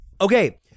Okay